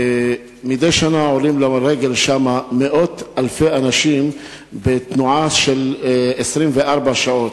מדי שנה עולים לרגל שמה מאות אלפי אנשים בתנועה של 24 שעות.